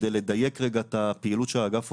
כדי לדייק רגע את הפעילות שהאגף עושה,